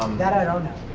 um that i don't